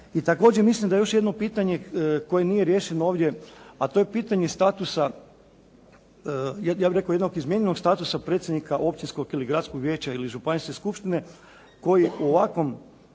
I također mislim da još jedno pitanje koje nije riješeno ovdje, a to je pitanje statusa ja bih rekao jednog izmijenjenog statusa predsjednika općinskog ili gradskog vijeća ili županijske skupštine, koji u ovakvom